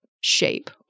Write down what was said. shape